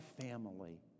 family